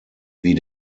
wie